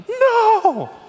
no